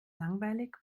langweilig